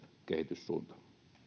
kehityssuunta